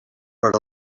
per